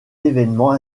évènement